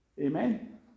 Amen